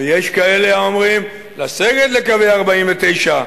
ויש כאלה האומרים: לסגת לקווי 49',